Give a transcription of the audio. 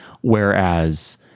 Whereas